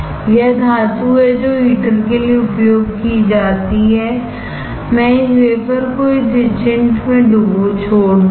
यह धातु है जो हीटर के लिए उपयोग की जाती है मैं इस वेफर को इस etchant में छोड़ दूंगा